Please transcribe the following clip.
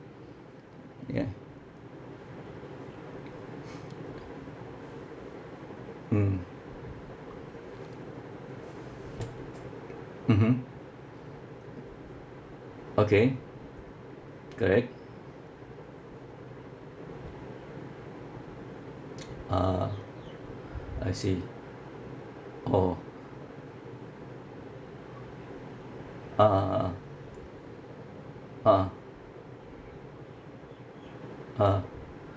ya mm mmhmm okay correct ah I see orh a'ah a'ah ah ah